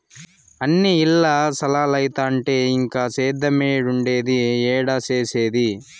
అన్నీ ఇల్ల స్తలాలైతంటే ఇంక సేద్యేమేడుండేది, ఏడ సేసేది